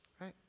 right